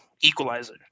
equalizer